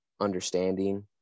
understanding